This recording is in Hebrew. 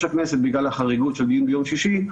הכנסת בגלל החריגות של דיון ביום שישי.